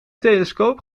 telescoop